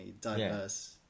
diverse